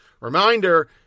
Reminder